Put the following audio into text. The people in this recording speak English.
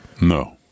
No